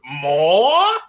more